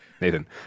Nathan